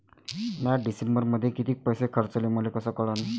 म्या डिसेंबरमध्ये कितीक पैसे खर्चले मले कस कळन?